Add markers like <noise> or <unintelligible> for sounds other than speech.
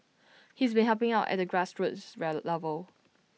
he's been helping out at the grassroots <unintelligible> level